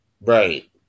Right